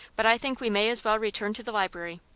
but i think we may as well return to the library.